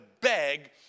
beg